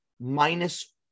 minus